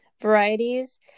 varieties